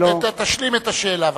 תשלים את השאלה בבקשה.